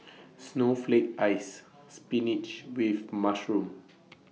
Snowflake Ice Spinach with Mushroom